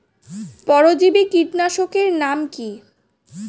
পরজীবী কীটনাশকের নাম কি?